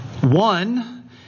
one